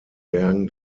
bergen